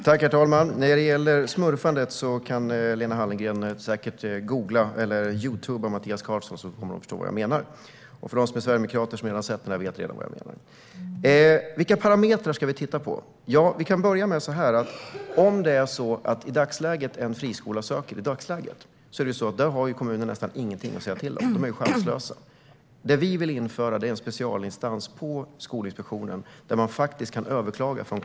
Herr talman! När det gäller smurfandet kan Lena Hallengren säkert googla eller "youtuba" Mattias Karlsson så kommer hon att förstå vad jag menar. De som är sverigedemokrater har redan sett den och vet vad jag menar. Vilka parametrar ska vi titta på? Vi kan börja så här: I dagsläget när en friskola ansöker om tillstånd har kommunen nästan ingenting att säga till om. De är chanslösa. Det vi vill införa är en specialinstans på Skolinspektionen där kommunen kan överklaga.